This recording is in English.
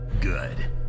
Good